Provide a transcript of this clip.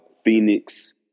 Phoenix